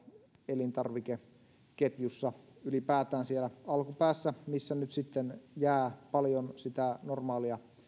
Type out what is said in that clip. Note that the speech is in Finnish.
elintarvikeketjussa ylipäätään siellä alkupäässä mihin nyt sitten jää paljon normaalia